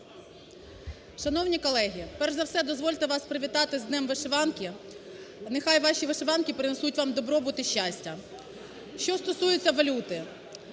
Шановні колеги, перш за все дозвольте вас привітати з Днем вишиванки. Нехай ваші вишиванки принесуть вам добробут і щастя. Що стосується валюти.